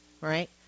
right